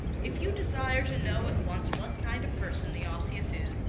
if you desire to know at once what kind of person the osseous is,